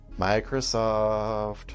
Microsoft